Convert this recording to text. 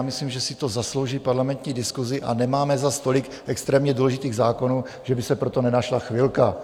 Myslím, že si to zaslouží parlamentní diskusi a nemáme zase tolik extrémně důležitých zákonů, že by se pro to nenašla chvilka.